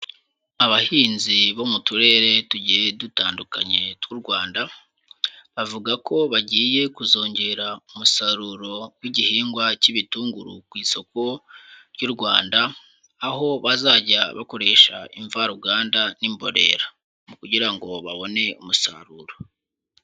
Abahinzi bo mu turere tugiye dutandukanye tw'u Rwanda, bavuga ko bagiye kuzongera umusaruro w'igihingwa cy'ibitunguru ku isoko ry'u Rwanda, aho bazajya bakoresha imvaruganda n'imborera kugira ngo babone umusaruro.